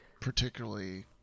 particularly